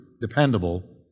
Dependable